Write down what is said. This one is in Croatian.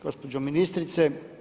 Gospođo ministrice.